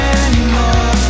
anymore